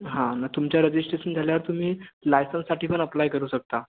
हां मग तुमचं रजिस्ट्रेसन झाल्यावर तुम्ही लायसन्ससाठी पण अप्लाय करू शकता